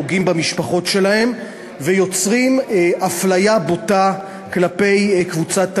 פוגעים במשפחות שלהם ויוצרים אפליה בוטה כלפי קבוצת תלמידים.